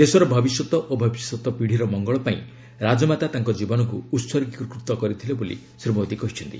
ଦେଶର ଭବିଷ୍ୟତ ଓ ଭବିଷ୍ୟତ ପିଢ଼ିର ମଙ୍ଗଳ ପାଇଁ ରାଜମାତା ତାଙ୍କ ଜୀବନକୁ ଉର୍ସୀଗୃତ କରିଥିଲେ ବୋଲି ଶ୍ରୀ ମୋଦି କହିଛନ୍ତି